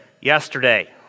yesterday